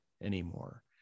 anymore